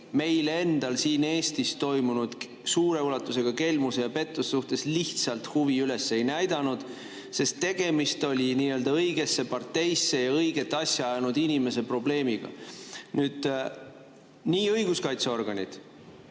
meil endal siin Eestis toimunud suure ulatusega kelmuse ja pettuse suhtes lihtsalt huvi üles ei näidanud, sest tegemist oli nii‑öelda õiges parteis ja õiget asja ajanud inimese probleemiga. Õiguskaitseorganid,